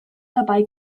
dabei